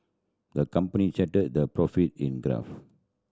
the company charted their profit in graph